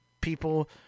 people